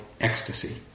ecstasy